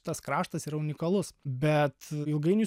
tas kraštas yra unikalus bet ilgainiui